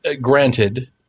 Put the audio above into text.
granted